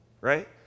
right